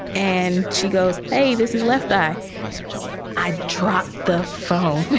and she goes, hey, this is left by i drop the phone,